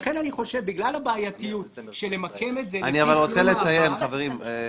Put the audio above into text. לכן אני חושב שבגלל הבעייתיות שלמקם את זה לפי ציון מעבר --- אנחנו